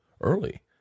early